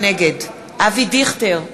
נגד אבי דיכטר,